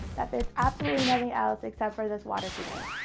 that fits absolutely nothing else except for this water heater.